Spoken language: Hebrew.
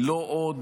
לא עוד.